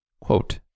quote